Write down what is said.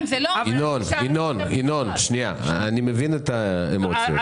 מבין את האמוציות.